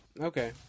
Okay